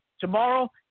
Tomorrow